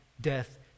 death